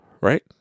right